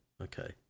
okay